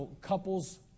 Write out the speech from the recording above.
couples